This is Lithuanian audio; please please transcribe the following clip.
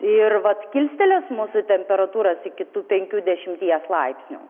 ir vat kilstelės mūsų temperatūras iki tų penkių dešimties laipsnių